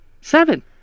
Seven